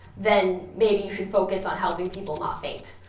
then maybe you should focus on helping people not faint.